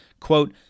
quote